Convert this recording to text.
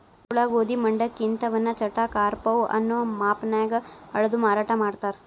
ಜೋಳ, ಗೋಧಿ, ಮಂಡಕ್ಕಿ ಇಂತವನ್ನ ಚಟಾಕ, ಆರಪೌ ಅನ್ನೋ ಮಾಪನ್ಯಾಗ ಅಳದು ಮಾರಾಟ ಮಾಡ್ತಾರ